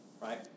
right